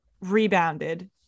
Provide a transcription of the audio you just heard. rebounded